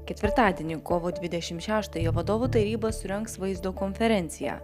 ketvirtadienį kovo dvidešimt šeštąją vadovų taryba surengs vaizdo konferenciją